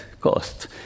cost